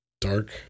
dark